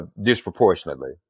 disproportionately